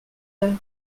heure